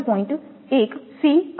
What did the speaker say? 1 C અને આ C છે અને આ C છે